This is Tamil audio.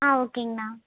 ஆ ஓகேங்கண்ணா